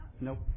Nope